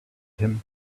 him